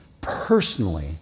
personally